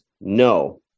no